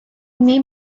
may